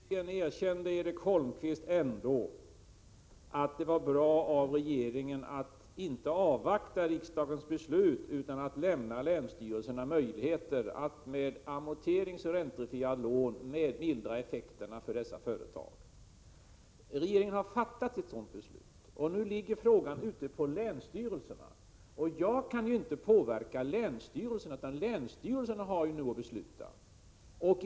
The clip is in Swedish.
Herr talman! Äntligen erkände Erik Holmkvist att det ändå var bra att regeringen inte avvaktade riksdagens beslut utan gav länsstyrelserna möjligheter att med amorteringsoch räntefria lån mildra effekterna för företagen i fråga. Regeringen har alltså fattat ett sådant beslut. Nu ankommer det på länsstyrelserna att handlägga frågan. Jag kan inte påverka länsstyrelserna, utan det är länsstyrelserna som själva nu skall fatta beslut.